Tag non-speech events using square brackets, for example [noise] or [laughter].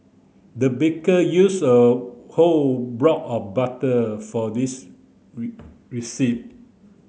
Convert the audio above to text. the baker used a whole block of butter for this [unintelligible] recipe